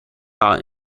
are